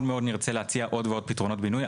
מאוד מאוד נרצה להציע עוד ועוד פתרונות בינוי.